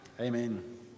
amen